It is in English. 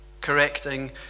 correcting